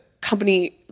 company